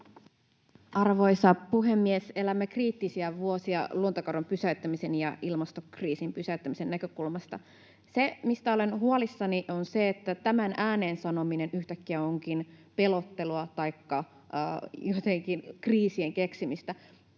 Arvoisa puhemies! Elämme kriittisiä vuosia luontokadon pysäyttämisen ja ilmastokriisin pysäyttämisen näkökulmasta. Se, mistä olen huolissani, on se, että tämän ääneen sanominen yhtäkkiä onkin pelottelua taikka jotenkin kriisien keksimistä.